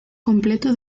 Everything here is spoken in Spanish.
completo